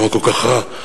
למה כל כך רע?